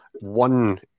one